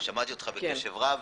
אותך בקשב רב,